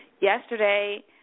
Yesterday